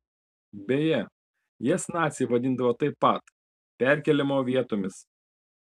beje jas naciai vadindavo taip pat perkėlimo vietomis